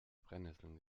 brennesseln